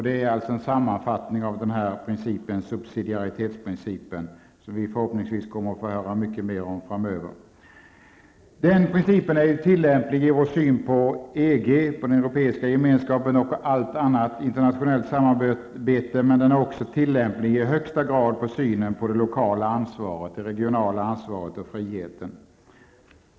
Detta är en sammanfattning av subsidiaritsprincipen -- som vi förhoppningsvis kommer att få höra mer om framöver. Principen är tillämplig på vår syn på EG och allt annat internationellt samarbete, men den är också i högsta grad tillämplig på synen på det lokala och regionala ansvaret och friheten.